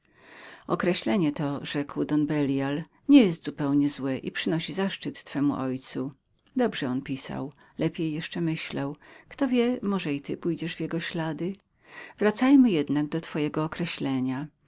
określenie to rzekł don belial nie jest zupełnie złem i przynosi zaszczyt twemu ojcu dobrze on pisał lepiej jeszcze myślał kto wie może i ty przyjdziesz do tych samych wypadków wracajmy jednak do naszego określenia